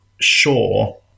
sure